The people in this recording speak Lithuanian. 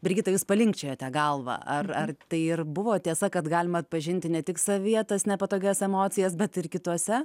brigita jūs pa linkčiojate galvą ar tai ir buvo tiesa kad galima atpažinti ne tik savyje tas nepatogias emocijas bet ir kituose